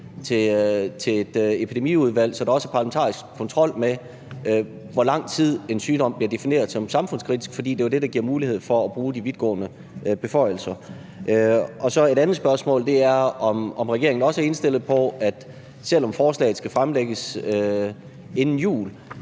til et epidemiudvalg, så der også er parlamentarisk kontrol med, hvor lang tid en sygdom bliver defineret som samfundskritisk, for det er jo det, der giver mulighed for at bruge de vidtgående beføjelser? Et andet spørgsmål er, om regeringen også er indstillet på, at vi, selv om forslaget skal fremsættes inden jul,